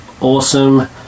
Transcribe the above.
awesome